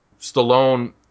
Stallone